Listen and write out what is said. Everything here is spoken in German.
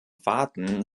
fahrten